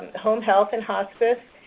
home health and hospice.